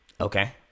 Okay